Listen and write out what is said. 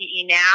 Now